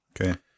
okay